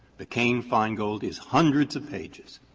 mccain-feingold is hundreds of pages,